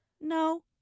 No